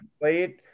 played